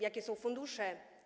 Jakie są fundusze?